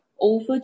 over